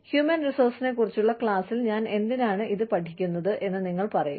human റിസോഴ്സിനെക്കുറിച്ചുള്ള ക്ലാസിൽ ഞാൻ എന്തിനാണ് ഇത് പഠിക്കുന്നത് എന്ന് നിങ്ങൾ പറയും